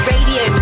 Radio